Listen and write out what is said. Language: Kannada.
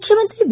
ಮುಖ್ಯಮಂತ್ರಿ ಬಿ